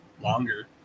longer